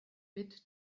bit